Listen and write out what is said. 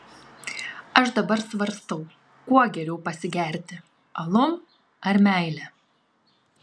aš dabar svarstau kuo geriau pasigerti alum ar meile